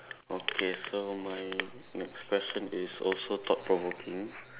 okay so my next question is also thought provoking